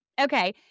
Okay